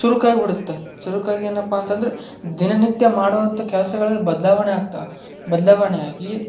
ಚುರುಕಾಗ್ಬಿಡುತ್ತೆ ಚುರುಕಾಗಿ ಏನಪ್ಪ ಅಂತಂದರೆ ದಿನನಿತ್ಯ ಮಾಡುವಂಥ ಕೆಲಸಗಳಲ್ಲಿ ಬದಲಾವಣೆ ಆಗ್ತಾವ ಬದ್ಲಾವಣೆಯಾಗಿ